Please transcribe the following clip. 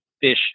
fish